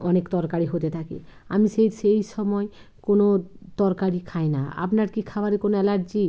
অনেক তরকারি হতে থাকে আমি সেই সেই সময় কোনো তরকারি খাই না আপনার কি খাবারে কোনো অ্যালার্জি